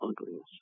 ugliness